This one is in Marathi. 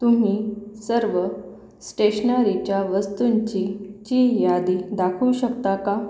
तुम्ही सर्व स्टेशनरीच्या वस्तूंची ची यादी दाखवू शकता का